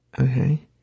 Okay